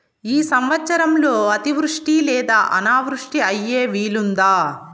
ఈ సంవత్సరంలో అతివృష్టి లేదా అనావృష్టి అయ్యే వీలుందా?